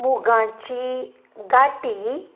मुगाची गाटी